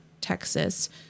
Texas